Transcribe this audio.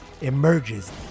emerges